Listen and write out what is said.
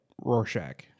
Rorschach